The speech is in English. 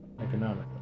economically